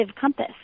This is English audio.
compass